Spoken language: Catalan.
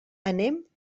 anem